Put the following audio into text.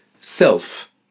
self